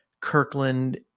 Kirkland